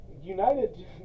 United